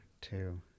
two